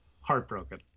heartbroken